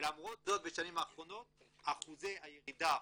ולמרות זאת בשנים האחרונות אחוזי הירידה